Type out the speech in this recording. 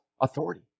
authority